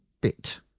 bit